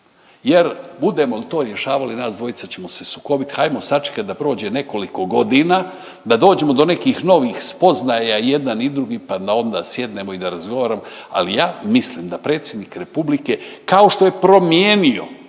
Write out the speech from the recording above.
jer budemo li to rješavali nas dvojica ćemo se sukobiti, hajmo sačekati da prođe nekoliko godina da dođemo do nekih novih spoznaja i jedan i drugi pa da onda sjednemo i da razgovaramo. Ali ja mislim da Predsjednik Republike kao što je promijenio